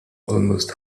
almost